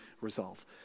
resolve